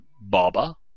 Baba